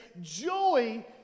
joy